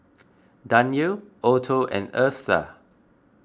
Danyelle Otho and Eartha